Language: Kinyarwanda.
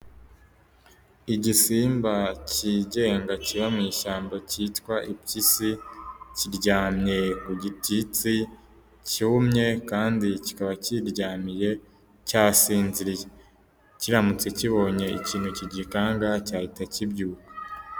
Igisimba cyigenga kiba mu ishyamba cyitwa impyisi, kiryamye ku gititsi cyumye, kandi kikaba kiryamiye cyasinziriye, kiramutse kibonye ikintu kigikanga cyahita kibyuka.